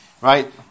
Right